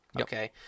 Okay